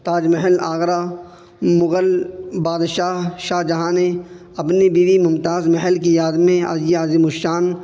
تاج محل آگرہ مغل بادشاہ شاہجہاں نے اپنی بیوی ممتاز محل کی یاد میں یہ عظیم الشان